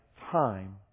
time